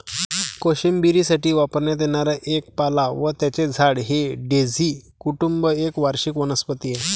कोशिंबिरीसाठी वापरण्यात येणारा एक पाला व त्याचे झाड हे डेझी कुटुंब एक वार्षिक वनस्पती आहे